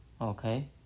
okay